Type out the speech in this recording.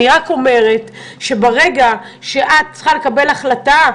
אני רק אומרת שברגע שאת צריכה לקבל החלטה,